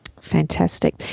Fantastic